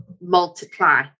multiply